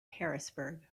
harrisburg